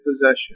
possession